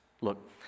Look